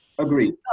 Agreed